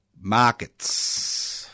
Markets